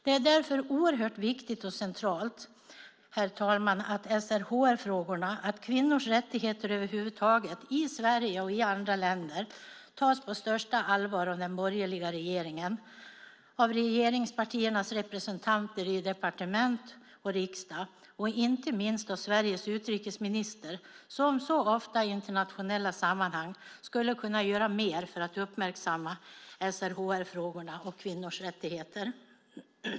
Det är därför oerhört viktigt och centralt, herr talman, att SRHR-frågorna och kvinnors rättigheter över huvud taget, i Sverige och i andra länder tas på största allvar av den borgerliga regeringen, av regeringspartiernas representanter i departement och riksdag och inte minst av vår utrikesminister, som ofta i internationella sammanhang skulle kunna göra mer för att uppmärksamma SRHR-frågorna och kvinnors rättigheter.